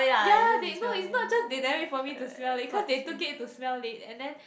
ya they no is not just they never wait for me to smell is cause they took it to smell it and then